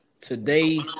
today